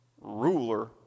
ruler